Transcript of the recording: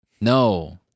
No